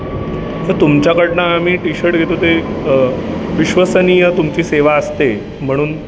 तर तुमच्याकडनं अम्ही टीशर्ट घेतो ते विश्वसनीय तुमची सेवा असते म्हणून